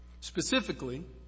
Specifically